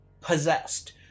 possessed